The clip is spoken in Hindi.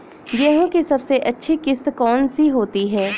गेहूँ की सबसे अच्छी किश्त कौन सी होती है?